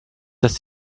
dass